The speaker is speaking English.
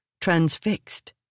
transfixed